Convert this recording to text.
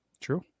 True